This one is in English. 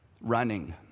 running